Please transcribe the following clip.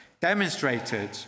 demonstrated